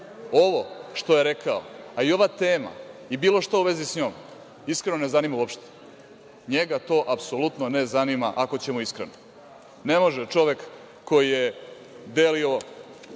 ovo što je rekao, a i ova tema i bilo šta u vezi sa njom, iskreno nas ne zanima uopšte. NJega to apsolutno ne zanima, ako ćemo iskreno. Ne može čovek koji je delio